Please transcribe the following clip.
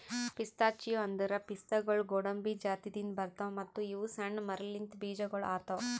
pistachio ಅಂದುರ್ ಪಿಸ್ತಾಗೊಳ್ ಗೋಡಂಬಿ ಜಾತಿದಿಂದ್ ಬರ್ತಾವ್ ಮತ್ತ ಇವು ಸಣ್ಣ ಮರಲಿಂತ್ ಬೀಜಗೊಳ್ ಆತವ್